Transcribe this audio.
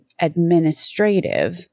administrative